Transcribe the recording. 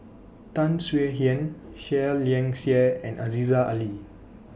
Tan Swie Hian Seah Liang Seah and Aziza Ali